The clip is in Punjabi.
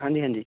ਹਾਂਜੀ ਹਾਂਜੀ